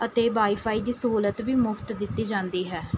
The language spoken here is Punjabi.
ਅਤੇ ਵਾਈ ਫਾਈ ਦੀ ਸਹੂਲਤ ਵੀ ਮੁਫ਼ਤ ਦਿੱਤੀ ਜਾਂਦੀ ਹੈ